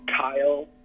Kyle